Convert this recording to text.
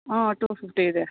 ಹಾಂ two fifty ಇದೆ